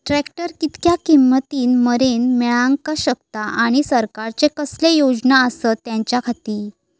Tractor कितक्या किमती मरेन मेळाक शकता आनी सरकारचे कसले योजना आसत त्याच्याखाती?